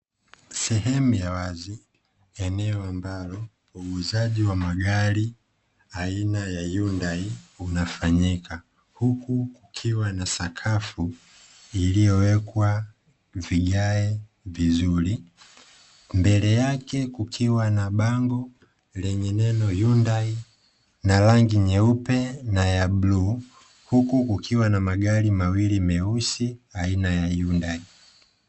Sehemu ya wazi, eneo ambalo uuzaji wa magari aina ya Hyundai unafanyika. Huku kukiwa na sakafu iliyowekwa vigae vizuri. Mbele yake kukiwa na bango lenye neno Hyundai na rangi nyeupe na bluu, huku kukiwa na magari mawili meusi aina ya Hyundai.